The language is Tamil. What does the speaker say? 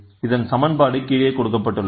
இதன் சமன்பாடு கீழே கொடுக்கப்பட்டுள்ளது